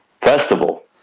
Festival